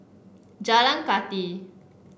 Jalan Kathi